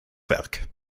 werk